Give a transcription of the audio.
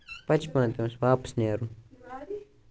پَتہٕ چھُ پیوان تٔمِس واپَس نیرُن